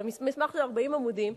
מסמך של 40 עמודים,